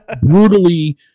brutally